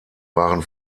waren